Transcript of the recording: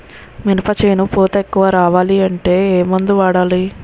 మినప చేను పూత ఎక్కువ రావాలి అంటే ఏమందు వాడాలి?